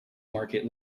market